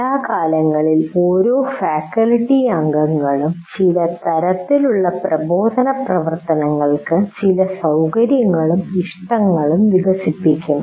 കാലാകാലങ്ങളിൽ ഓരോ ഫാക്കൽറ്റി അംഗങ്ങളും ചില തരത്തിലുള്ള പ്രബോധന പ്രവർത്തനങ്ങൾക്ക് ചില സൌകര്യങ്ങളും ഇഷ്ടങ്ങളും വികസിപ്പിക്കും